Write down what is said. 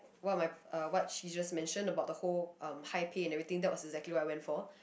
what my uh what she's just mention about the whole uh high pay and everything that was exactly what I went for